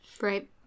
Right